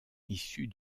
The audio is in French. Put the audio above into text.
issus